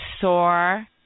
sore